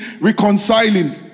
reconciling